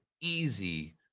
easy